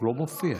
לא מופיע.